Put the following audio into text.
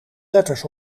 letters